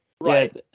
Right